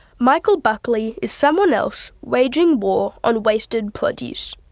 michael buckley is someone else waging war on wasted produce.